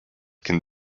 can